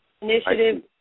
Initiative